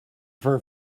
for